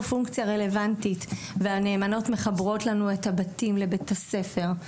פונקציה רלוונטית עבורן והנאמנות מחברות לנו את הבית לבית הספר.